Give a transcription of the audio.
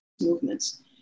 movements